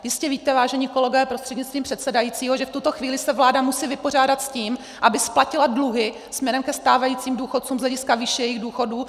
Jistě víte, vážení kolegové prostřednictvím předsedajícího, že v tuto chvíli se vláda musí vypořádat s tím, aby splatila dluhy směrem ke stávajícím důchodcům z hlediska výše jejich důchodů.